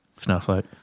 Snowflake